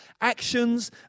actions